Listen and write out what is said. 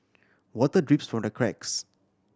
water drips from the cracks